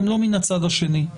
גם לא מהצד השני.